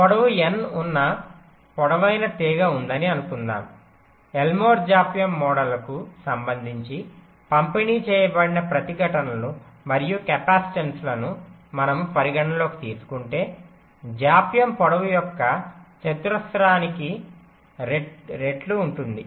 పొడవు n ఉన్న పొడవైన తీగ ఉందని అనుకుందాము ఎల్మోర్ జాప్యం మోడల్కు సంబంధించి పంపిణీ చేయబడిన ప్రతిఘటనలు మరియు కెపాసిటెన్స్లను మనము పరిగణనలోకి తీసుకుంటే జాప్యం పొడవు యొక్క చతురస్రానికి రేట్లు ఉంటుంది